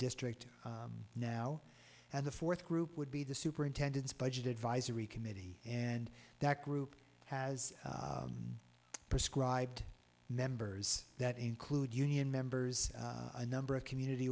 district now and the fourth group would be the superintendent's budget advisory committee and that group has prescribed members that include union members a number of community